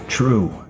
True